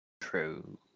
True